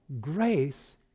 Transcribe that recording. grace